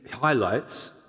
highlights